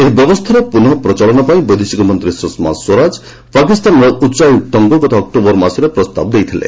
ଏହି ବ୍ୟବସ୍ଥାର ପୁନଃ ପ୍ରଚଳନ ପାଇଁ ବୈଦେଶିକ ମନ୍ତ୍ରୀ ସୁଷମା ସ୍ୱରାଜ ପାକିସ୍ତାନର ଉଚ୍ଚାୟୁକ୍ତକୁ ଗତ ଆକ୍ଟୋବର ମାସରେ ପ୍ରସ୍ତାବ ଦେଇଥିଲେ